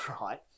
right